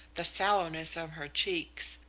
the sallowness of her cheeks,